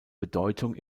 bedeutung